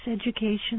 education